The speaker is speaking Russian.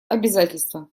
обязательства